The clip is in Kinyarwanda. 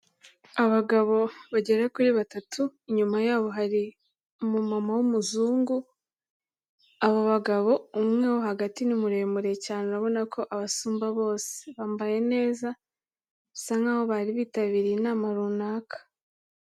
Abagabo bagera kuri batatu, inyuma yabo hari umumama w'umuzungu, abo bagabo umwe wo hagati ni muremure cyane urabona ko abasumba bose, bambaye neza bisa nkaho bari bitabiriye inama runaka.